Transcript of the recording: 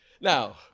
Now